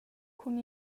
cun